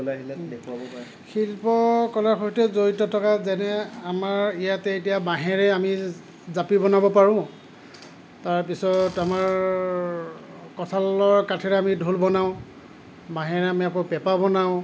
শিল্প কলাৰ সৈতে জড়িত থকা যেনে আমাৰ ইয়াতে এতিয়া বাঁহেৰে আমি জাপি বনাব পাৰোঁ তাৰ পিছত আমাৰ কঁঠালৰ কাঠেৰে ঢোল বনাওঁ বাঁহেৰে আমি আকৌ পেঁপা বনাও